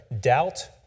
doubt